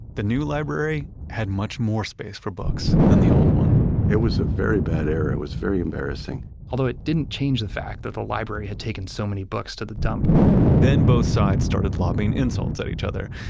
the new library had much more space for books than the old one it was a very bad era. it was very embarrassing although it didn't change the fact that the library had taken so many books to the dump then both sides started lobbing insults at each other,